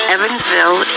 Evansville